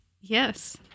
Yes